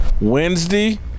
Wednesday